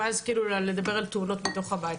ואז לדבר על תאונות בתוך הבית.